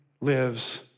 lives